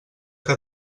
que